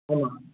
ஆ